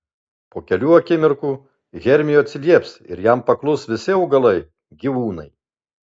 po kelių akimirkų hermiui atsilieps ir jam paklus visi augalai gyvūnai